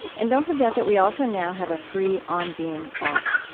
and don't forget that we also now have a free on being app.